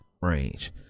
range